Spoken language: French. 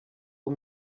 aux